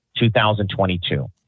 2022